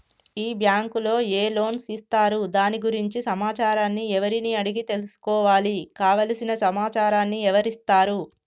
ఈ బ్యాంకులో ఏ లోన్స్ ఇస్తారు దాని గురించి సమాచారాన్ని ఎవరిని అడిగి తెలుసుకోవాలి? కావలసిన సమాచారాన్ని ఎవరిస్తారు?